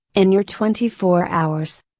in your twenty four hours.